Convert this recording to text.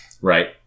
Right